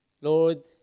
Lord